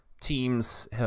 teams